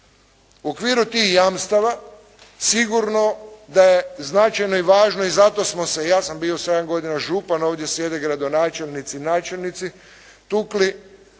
U okviru tih jamstava sigurno da je značajno i važno i zato smo se, ja sam bio sedam godina župan, ovdje sjede gradonačelnici, načelnici, tukli